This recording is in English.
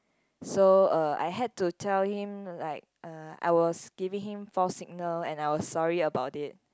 so uh I had to tell him like uh I was giving him false signal and I was sorry about it